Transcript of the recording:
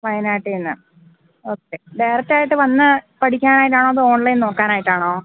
വയനാട്ടില്നിന്ന് okay ഡയറക്റ്റായിട്ട് വന്നു പഠിക്കാനായിട്ടാണോ അതോ ഓൺലൈൻ നോക്കാനായിട്ടാണോ